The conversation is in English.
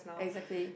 exactly